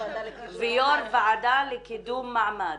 ויו"ר ועדה לקידום מעמד.